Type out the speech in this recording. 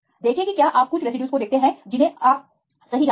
देखें कि क्या आप कुछ रेसिड्यूज को देखते हैं जिन्हें आप सही जानते हैं